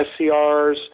SCRs